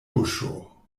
buŝo